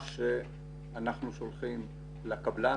זו הודעה שאנחנו שולחים הודעה לקבלן,